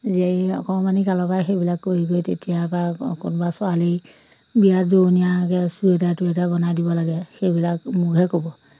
জীয়াৰী অকণমানি কালৰ পৰাই সেইবিলাক কৰি কৰি তেতিয়া কোনোবা ছোৱালী বিয়াৰ জোৰনীয়াকৈ চুৱেটাৰ টুৱেটাৰ বনাই দিব লাগে সেইবিলাক মোকহে ক'ব